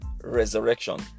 resurrection